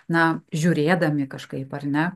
na žiūrėdami kažkaip ar ne